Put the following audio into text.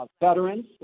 veterans